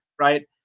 Right